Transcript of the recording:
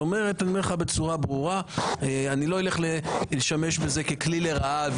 אני אומר לך בצורה ברורה שאני לא אלך להשתמש בזה ככלי לרעה,